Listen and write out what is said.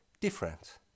different